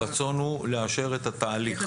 הרצון הוא לאשר את התהליך.